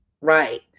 Right